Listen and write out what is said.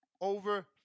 Over